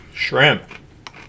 Shrimp